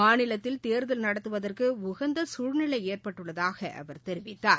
மாநிலத்தில் தேர்தல் நடத்துவதற்கு உகந்த சூழ்நிலை ஏற்பட்டுள்ளதாக அவர் தெரிவித்தார்